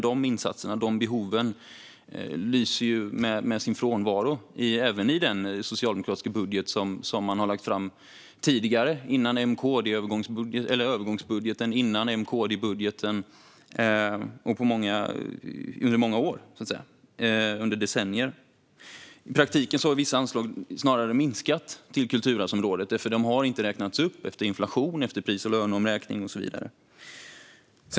De insatserna och de behoven lyser med sin frånvaro även i de socialdemokratiska budgetar som man har lagt fram tidigare innan övergångsbudgeten och M-KD-budgeten under många år i decennier. I praktiken har vissa anslag till kulturarvsområdet snarare minskat. De har inte räknats upp efter inflation, pris och löneomräkning och så vidare.